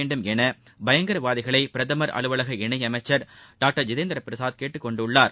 வேண்டும் என பயங்கரவாதிகளை பிரதமர் அலுவலக இணையமைச்சர் டாக்டர் ஜிதேந்திர சிங் கேட்டுக் கொண்டுள்ளார்